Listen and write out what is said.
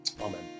Amen